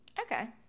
Okay